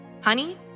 Honey